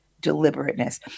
deliberateness